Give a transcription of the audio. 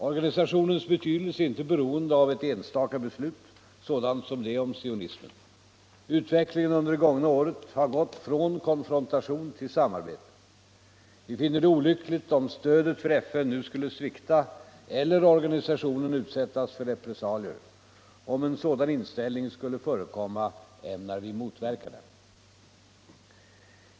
Organisationens betydelse är inte beroende av ett enstaka beslut sådant som det om sionismen. Utvecklingen under det gångna året har gått från konfrontation till samarbete. Vi finner det olyckligt om stödet för FN nu skulle svikta eller organisationen utsättas för repressalier. Om en sådan inställning skulle förekomma ämnar vi motverka den.